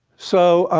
so